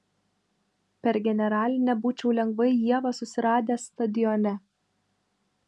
per generalinę būčiau lengvai ievą susiradęs stadione